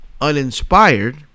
uninspired